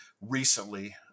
recently